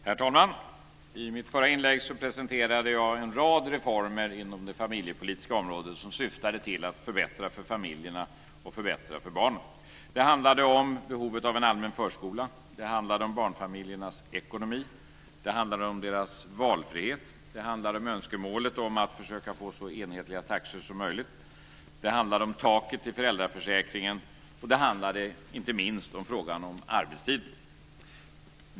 Herr talman! I mitt förra inlägg presenterade jag en rad reformer inom det familjepolitiska området som syftar till att förbättra för familjerna och för barnen. Det handlade om behovet av en allmän förskola, om barnfamiljernas ekonomi, om deras valfrihet, om önskemålet att försöka få så enhetliga taxor som möjligt, om taket i föräldraförsäkringen och inte minst om frågan om arbetstiden.